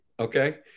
okay